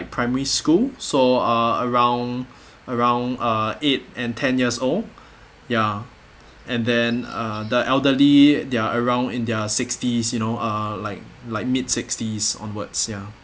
primary school so uh around around uh eight and ten years old ya and then uh the elderly they're around in their sixties you know uh like like mid sixties onwards ya